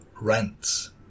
rants